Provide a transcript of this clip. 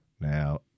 Now